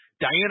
Diana